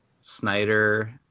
Snyder